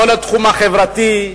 לא לתחום החברתי,